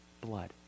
blood